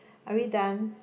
are we done